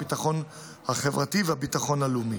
הביטחון החברתי והביטחון הלאומי.